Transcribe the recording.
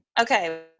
okay